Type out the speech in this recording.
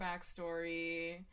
backstory